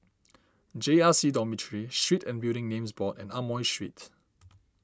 J R C Dormitory Street and Building Names Board and Amoy Street